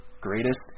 greatest